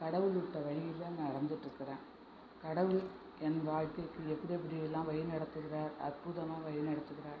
கடவுள் விட்ட வழியில் நான் நடந்துகிட்ருக்கறேன் கடவுள் என் வாழ்க்கைக்கு எப்படி எப்படி எல்லாம் வழி நடத்துகிறார் அற்புதமாக வழிநடத்துகிறார்